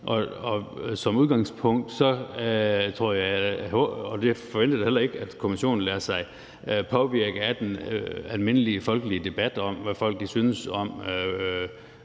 I udgangspunktet forventer jeg da ikke, at kommissionen lader sig påvirke af den almindelige folkelige debat om, hvad folk synes om